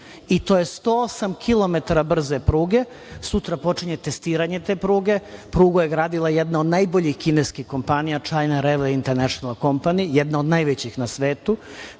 i to je 108 kilometara brze pruge. Sutra počinje testiranje te pruge. Prugu je gradila jedna od najboljih kineskih kompanija „China Railway International Company“, jedna od najvećih na svetu.